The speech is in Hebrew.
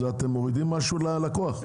אתם מורידים משהו ללקוח?